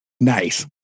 Nice